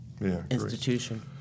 institution